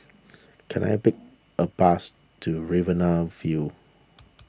can I take a bus to Riverina View